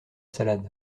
salade